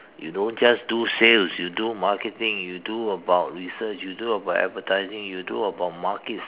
you don't just do sales you do marketing you do about research you do about advertising you do about market